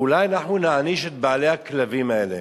אולי אנחנו נעניש את בעלי הכלבים האלה